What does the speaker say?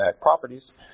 properties